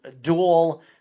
dual